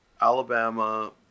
Alabama